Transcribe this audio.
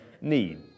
need